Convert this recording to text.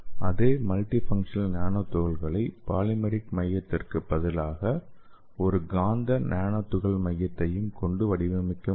அதே multifunctional nano துகள்கள்களை polymeric மையத்திற்கு பதிலாக ஒரு காந்த நானோ துகள் மையத்தையும் கொண்டு வடிவமைக்க முடியும்